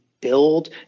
build